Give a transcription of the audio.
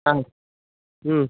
ஆ ம்